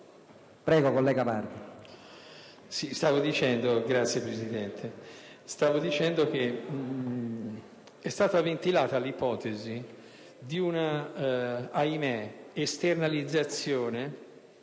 Prego, collega Pardi,